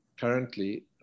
currently